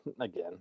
again